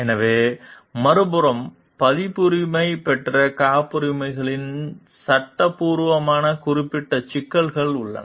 எனவே மறுபுறம் பதிப்புரிமை பெற்ற காப்புரிமைகளின் சட்டபூர்வமான குறிப்பிட்ட சிக்கல்கள் உள்ளன